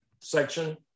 section